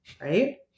right